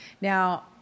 Now